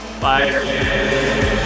Bye